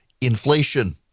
inflation